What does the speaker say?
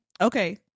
Okay